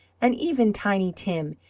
and even tiny tim,